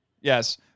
Yes